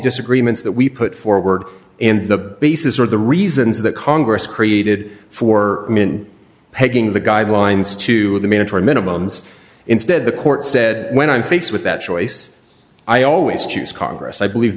disagreements that we put forward in the bases or the reasons that congress created for pegging the guidelines to the mandatory minimums instead the court said when i'm faced with that choice i always choose congress i believe